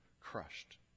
crushed